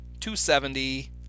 270